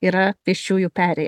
yra pėsčiųjų perėja